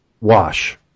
wash